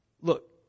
Look